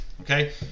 okay